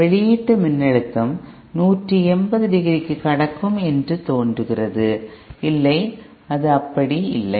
வெளியீட்டு மின்னழுத்தம் 180 டிகிரிக்கு கடக்கும் என்று தோன்றுகிறது இல்லை அது அப்படி இல்லை